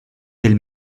del